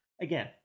Again